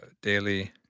daily